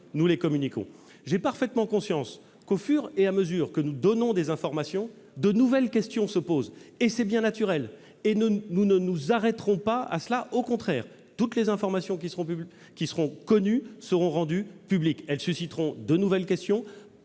nous les avons. J'ai parfaitement conscience qu'au fur et à mesure que nous diffusons des informations de nouvelles questions se posent. C'est bien naturel, et nous ne nous arrêterons pas à cela, au contraire : toutes les informations qui seront connues seront rendues publiques ; elles susciteront de nouvelles interrogations,